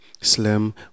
slim